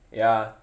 ya